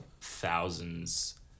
thousands